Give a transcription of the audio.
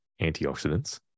antioxidants